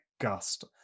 gust